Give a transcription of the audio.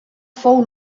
fou